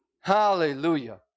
Hallelujah